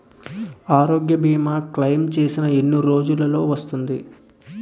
ఆరోగ్య భీమా క్లైమ్ చేసిన ఎన్ని రోజ్జులో వస్తుంది?